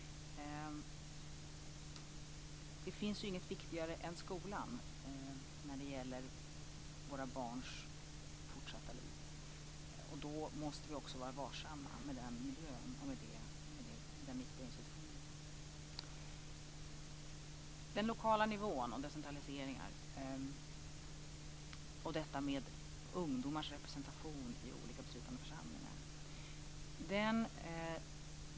Det finns ju inget viktigare än skolan när det gäller våra barns fortsatta liv, och då måste vi också vara varsamma med den miljön och den viktiga institutionen. Jag vill säga något om den lokala nivån, decentraliseringen och detta med ungdomars representation i olika beslutande församlingar.